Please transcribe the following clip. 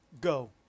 Go